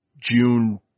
June